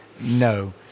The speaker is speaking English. No